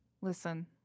Listen